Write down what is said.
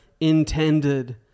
intended